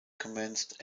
commenced